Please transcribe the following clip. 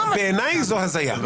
בעיניי זו הזיה.